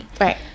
Right